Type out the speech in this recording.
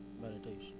meditation